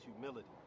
humility